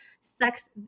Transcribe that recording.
sex